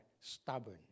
stubborn